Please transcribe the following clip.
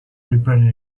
preparing